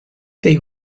they